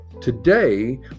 Today